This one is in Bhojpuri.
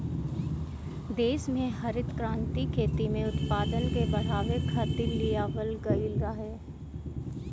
देस में हरित क्रांति खेती में उत्पादन के बढ़ावे खातिर लियावल गईल रहे